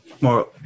more